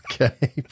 Okay